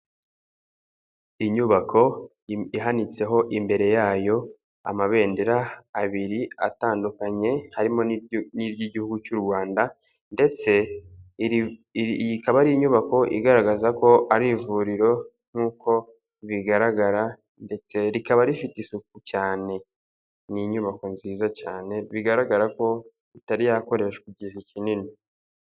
Inyubako ihanitseho imbere yayo amabendera abiri atandukanye harimo n'iry'igihugu cy'u Rwanda ndetse iyi ikaba ari inyubako igaragaza ko ari ivuriro nk'uko bigaragara ndetse rikaba rifite isuku cyane n'inyubako nziza cyane bigaragara ko itari yakoreshwa igihe kinini.